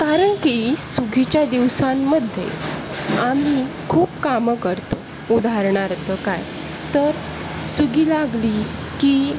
कारण की सुगीच्या दिवसांमध्ये आम्ही खूप कामं करतो उदाहरणार्थ काय तर सुगी लागली की